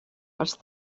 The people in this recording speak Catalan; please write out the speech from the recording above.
els